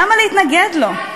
למה להתנגד לו?